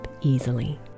easily